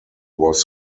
was